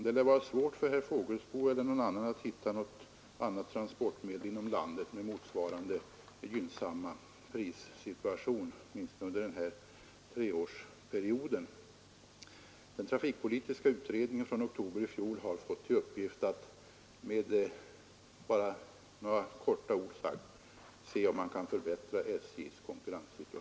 Det lär vara svårt för herr Fågelsbo eller någon annan att hitta något annat transportmedel inom landet med motsvarande gynnsamma prissituation, åtminstone under den här treårsperioden. Den trafikpolitiska utredningen från oktober i fjol har fått i uppdrag — uttryckt med några få ord — att se om man kan förbättra SJ:s konkurrenssituation.